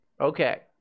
Okay